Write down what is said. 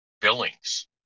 Billings